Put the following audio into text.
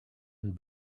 and